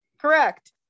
Correct